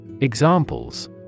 Examples